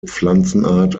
pflanzenart